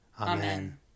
Amen